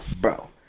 Bro